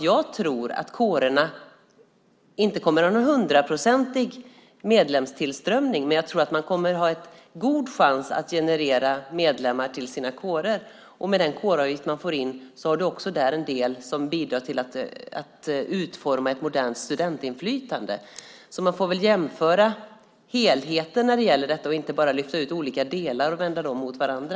Jag tror inte att kårerna kommer att nå en 100-procentig medlemstillströmning, men jag tror att man kommer att ha en god chans att generera medlemmar till sina kårer. Och i den kåravgift som man får in finns också en del som bidrar till att utforma ett modernt studentinflytande. Man får jämföra helheten när det gäller detta och inte bara lyfta ut olika delar och vända dem mot varandra.